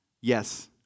Yes